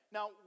Now